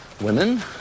Women